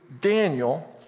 Daniel